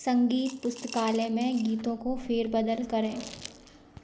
संगीत पुस्तकालय में गीतों को फेरबदल करें